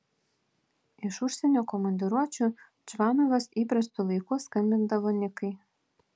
iš užsienio komandiruočių čvanovas įprastu laiku skambindavo nikai